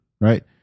right